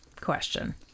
question